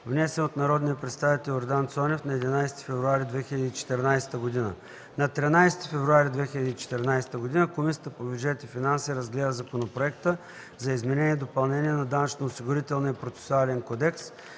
внесен от народния представител Йордан Цонев на 11 февруари 2014 г. На 13 февруари 2014 г. Комисията по бюджет и финанси разгледа Законопроекта за изменение и допълнение на Данъчно-осигурителния процесуален кодекс,